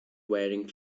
wearing